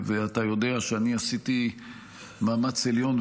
ואתה יודע שאני עשיתי מאמץ עליון,